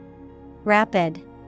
Rapid